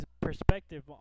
perspective